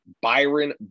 Byron